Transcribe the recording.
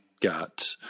got